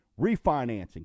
refinancing